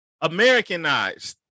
Americanized